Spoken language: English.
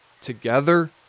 Together